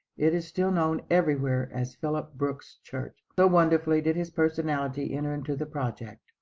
it is still known everywhere as phillips brooks' church, so wonderfully did his personality enter into the project.